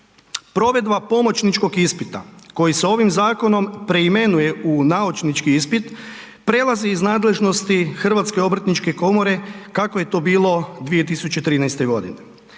Provedba pomoćničkog ispita koji se ovim zakonom preimenuje i naučnički ispit, prelazi iz nadležnosti HOK-a, kako je to bilo 2013. g.